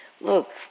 look